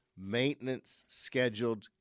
maintenance-scheduled